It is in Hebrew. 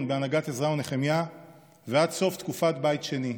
בהנהגת עזרא ונחמיה ועד סוף תקופת בית שני.